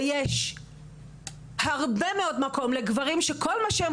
ויש הרבה מאוד מקום לגברים וכל מה שהם